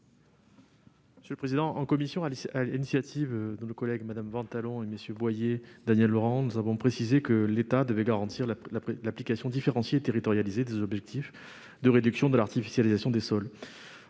économiques ? En commission, sur l'initiative de nos collègues Anne Ventalon, Jean-Marc Boyer et Daniel Laurent, nous avons précisé que l'État devait garantir l'application différenciée et territorialisée des objectifs de réduction de l'artificialisation des sols.